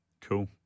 Cool